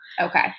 Okay